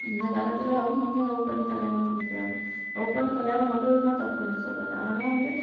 இந்த காலத்தில் அவங்கவுங்க லவ் பண்ணி கல்யாணம் பண்ணிக்கிறாங்க லவ் பண்ணி கல்யாணம் பண்ணுறதுலாம் தப்புன்னு நான் சொல்லலை ஆனால் வந்து